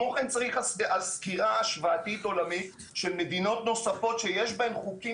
צריך סקירה השוואתית של מדינות נוספות שיש בהן חוקים